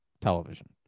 television